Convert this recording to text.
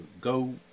go